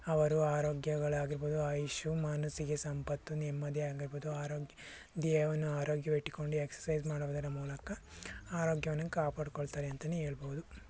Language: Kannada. ಅವರು ಆರೋಗ್ಯಗಳಾಗಿರ್ಬೋದು ಆಯಸ್ಸು ಮನಸಿಗೆ ಸಂಪತ್ತು ನೆಮ್ಮದಿ ಆಗಿರ್ಬೋದು ಆರೋಗ್ಯ ದೇಹವನ್ನು ಆರೋಗ್ಯವಾಗಿ ಇಟ್ಟುಕೊಂಡು ಎಕ್ಸಸೈಜ್ ಮಾಡೋದರ ಮೂಲಕ ಆರೋಗ್ಯವನ್ನು ಕಾಪಾಡ್ಕೊಳ್ತಾರೆ ಅಂತಲೇ ಹೇಳ್ಬೋದು